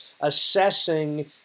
assessing